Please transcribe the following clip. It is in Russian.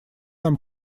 нам